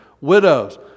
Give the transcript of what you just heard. widows